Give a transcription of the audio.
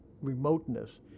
remoteness